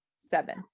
seven